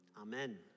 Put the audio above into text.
Amen